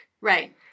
right